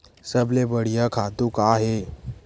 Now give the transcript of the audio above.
सबले बढ़िया खातु का हे?